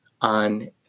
on